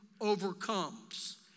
overcomes